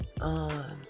on